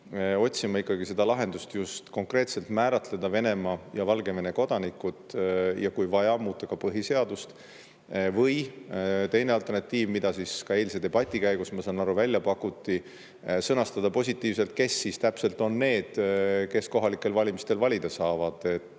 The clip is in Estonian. otsima ikkagi seda lahendust, just konkreetselt määratleda Venemaa ja Valgevene kodanikud ja kui vaja, muuta ka põhiseadust. Või teine alternatiiv, mida ka eilse debati käigus, ma saan aru, välja pakuti: sõnastada positiivselt, kes siis täpselt on need, kes kohalikel valimistel valida saavad. Mõlemad